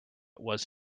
was